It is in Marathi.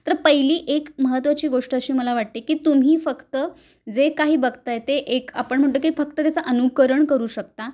तर पहिली एक महत्त्वाची गोष्ट अशी मला वाटते की तुम्ही फक्त जे काही बघताय ते एक आपण म्हणतो की फक्त त्याचं अनुकरण करू शकता